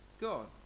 God